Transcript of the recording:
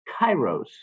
Kairos